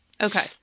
Okay